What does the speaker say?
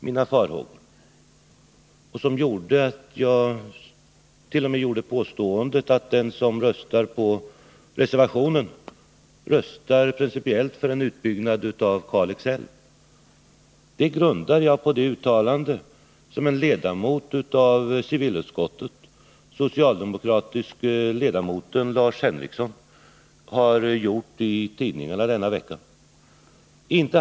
Mina farhågor, som gjorde att jag t.o.m. påstod att den som röstar på reservationen röstar principiellt för en utbyggnad av Kalix älv, grundar sig på den socialdemokratiska ledamoten i civilutskottet Lars Henriksons uttalande i tidningarna denna vecka.